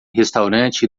restaurante